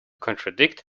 contradict